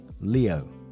leo